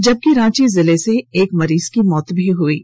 जबकि रांची जिले से एक मरीज की मौत हुई है